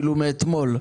אפילו מאתמול,